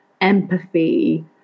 empathy